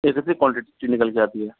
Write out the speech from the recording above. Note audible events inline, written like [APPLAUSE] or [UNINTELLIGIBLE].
[UNINTELLIGIBLE] quantity से निकल के आती है